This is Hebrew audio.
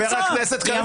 חבר הכנסת קריב,